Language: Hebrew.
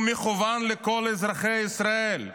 הוא מכוון לכל אזרחי ישראל.